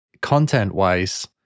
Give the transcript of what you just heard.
content-wise